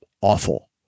Awful